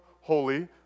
holy